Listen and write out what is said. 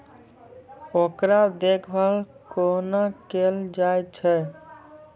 ओकर देखभाल कुना केल जायत अछि?